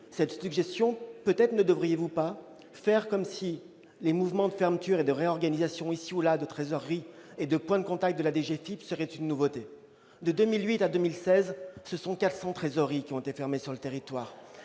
le sénateur, vous ne devriez pas faire comme si les mouvements de fermeture et de réorganisation de trésoreries et de points de contact de la DGFiP étaient une nouveauté. De 2008 à 2016, 400 trésoreries ont été fermées sur le territoire,